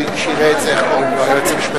סעיף 52, כהצעת